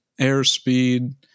airspeed